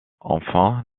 enfin